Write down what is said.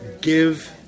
Give